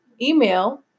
email